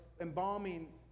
embalming